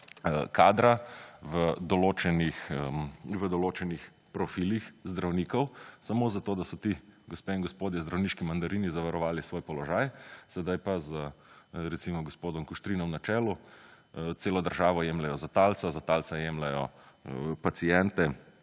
kadra v določenih profilih zdravnikov, samo zato, da so ti, gospe in gospodje zdravniški mandarini zavarovali svoj položaj, sedaj pa z recimo gospodom Kuštrinom na čelu celo državo jemljejo za talca, za talca jemljejo paciente,